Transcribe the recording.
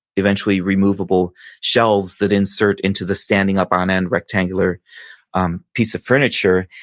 eventually, removable shelves that insert into the standing up on end, rectangular um piece of furniture.